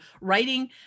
writing